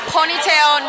Ponytail